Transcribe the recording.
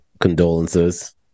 condolences